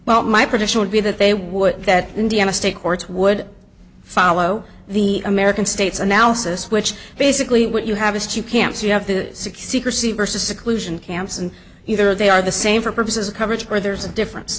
well my prediction would be that they would that indiana state courts would follow the american state's analysis which basically what you have is two camps you have the sixty crecy versus occlusion camps and either they are the same for purposes of coverage or there's a differen